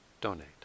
donate